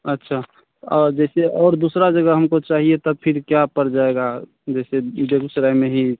अच्छा तो और जैसे और दूसरा जगह हमको चाहिए तब फ़िर क्या पड़ जाएगा जैसे बेगूसराय में ही